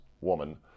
Woman